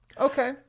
Okay